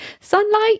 sunlight